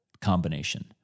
combination